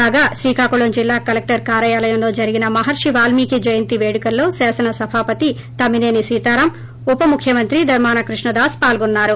కాగా శ్రీకాకుళం జిల్లా కలెక్టర్ కార్యాలయంలో జరిగిన మహర్షి వాల్మీకి జయంతి వేడుకల్లో శాసనసభాపతి తమ్మి నేని సీతారామీ ఉపముఖ్యమంత్రి ధర్మాన క్రిప్ణ దాస్ పాల్గొన్నారు